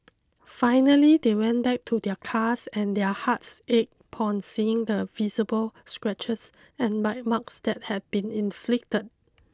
finally they went back to their cars and their hearts ached upon seeing the visible scratches and bite marks that had been inflicted